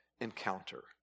encounter